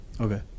Okay